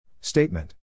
Statement